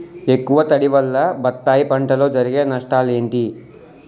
ఎక్కువ తడి వల్ల బత్తాయి పంటలో జరిగే నష్టాలేంటి?